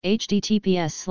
https